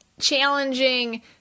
challenging